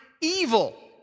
evil